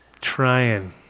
trying